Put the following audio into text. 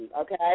okay